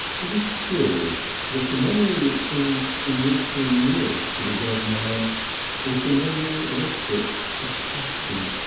it is curious that the memory which seemed to link him nearest to the dead man was the memory of a fit of passion.